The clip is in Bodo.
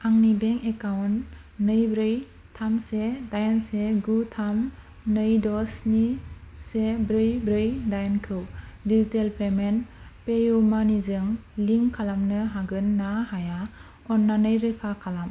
आंनि बेंक एकाउन्ट नै ब्रै थाम से दाइन से गु थाम नै द' स्नि से ब्रै ब्रै दाइनखौ डिजिटेल पेमेन्ट पेइउमानि जों लिंक खालामनो हागोन ना हाया अननानै रोखा खालाम